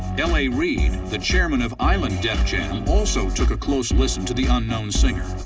l a. reid, the chairman of island def jam, also took a close listen to the unknown singer.